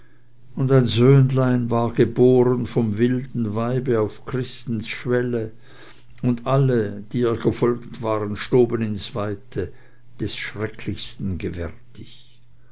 und ein söhnlein war geboren vom wilden weibe auf christes schwelle und alle die ihr gefolget waren stoben ins weite des schrecklichsten gewärtig